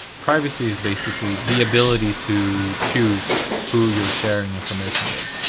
privacy is basically the ability to choose who you are sharing information with.